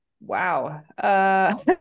Wow